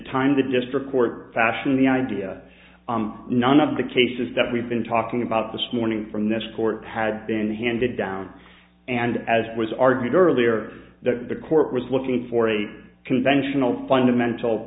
time the district court fashion the idea none of the cases that we've been talking about this morning from this court had been handed down and as was argued earlier the court was looking for a conventional fundamental